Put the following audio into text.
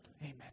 Amen